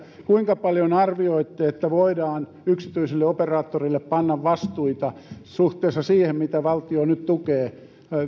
kuinka paljon arvioitte että voidaan yksityiselle operaattorille panna vastuita suhteessa siihen miten valtio nyt tukee